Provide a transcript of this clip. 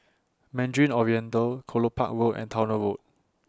Mandarin Oriental Kelopak Road and Towner Road